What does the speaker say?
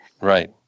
Right